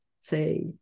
say